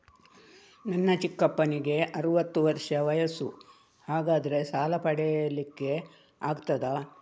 ನನ್ನ ಚಿಕ್ಕಪ್ಪನಿಗೆ ಅರವತ್ತು ವರ್ಷ ವಯಸ್ಸು, ಹಾಗಾದರೆ ಸಾಲ ಪಡೆಲಿಕ್ಕೆ ಆಗ್ತದ?